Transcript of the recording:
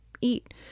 eat